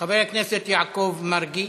חבר הכנסת יעקב מרגי,